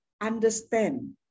understand